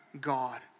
God